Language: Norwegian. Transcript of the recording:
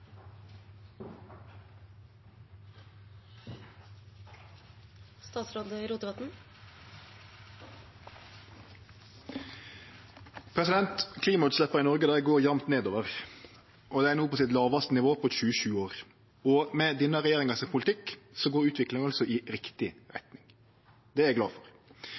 no på sitt lågaste nivå på 27 år. Med denne regjeringa sin politikk går utviklinga altså i riktig retning. Det er eg glad for.